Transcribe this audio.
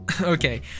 Okay